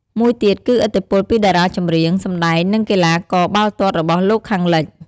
មួយទៀតគឺឥទ្ធិពលពីតារាចម្រៀង សម្ដែង និងកីឡាករបាល់ទាត់របស់លោកខាងលិច។